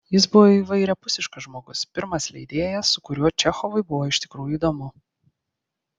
jis buvo įvairiapusiškas žmogus pirmas leidėjas su kuriuo čechovui buvo iš tikrųjų įdomu